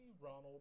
Ronald